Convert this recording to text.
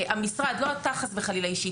המשרד, לא אתה חס וחלילה אישית.